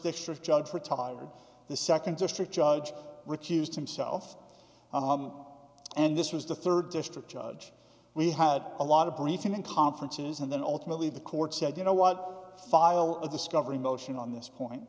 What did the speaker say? district judge retired the second district judge recused himself on him and this was the third district judge we had a lot of briefs in conferences and then ultimately the court said you know what file of discovery motion on this point